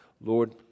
Lord